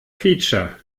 feature